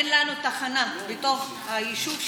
אין לנו תחנה בתוך היישוב שלנו.